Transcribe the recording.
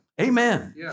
Amen